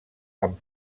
amb